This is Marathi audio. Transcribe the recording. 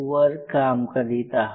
वर काम करीत आहात